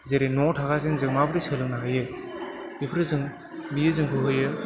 जेरै न'आव थाखाजों जों माबोरै सोलोंनो हायो बेफोरो जों बियो जोंखौ होयो